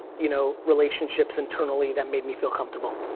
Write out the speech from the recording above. you know, relationships internally that made me feel comfortable.